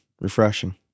Refreshing